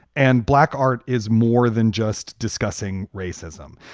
and black art is more than just discussing racism.